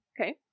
Okay